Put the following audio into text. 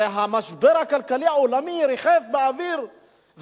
הרי המשבר הכלכלי העולמי ריחף באוויר,